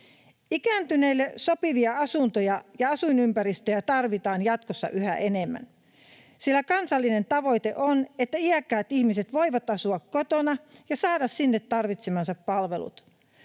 Ikääntyneille sopivia asuntoja ja asuinympäristöjä tarvitaan jatkossa yhä enemmän, sillä kansallinen tavoite on, että iäkkäät ihmiset voivat asua kotona ja saada sinne tarvitsemansa palvelut.